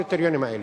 הקריטריונים האלה.